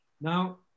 Now